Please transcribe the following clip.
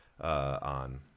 on